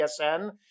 TSN